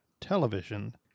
television